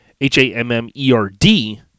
H-A-M-M-E-R-D